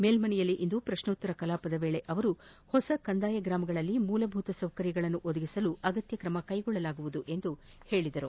ಮೇಲ್ಲನೆಯಲ್ಲಿಂದು ಪ್ರಶೋತ್ತರ ಕಲಾಪದ ವೇಳೆ ಅವರು ಹೊಸ ಕಂದಾಯ ಗ್ರಾಮಗಳಲ್ಲಿ ಮೂಲಭೂತ ಸೌಕರ್ಯಗಳನ್ನು ಒದಗಿಸಲು ಅಗತ್ಯ ಕ್ರಮ ಕೈಗೊಳ್ಟಲಾಗುವುದು ಎಂದು ಹೇಳಿದರು